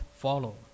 follow